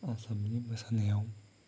आसामनि मोसानायाव